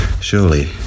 surely